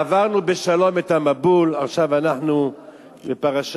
עברנו בשלום את המבול ועכשיו אנחנו בפרשת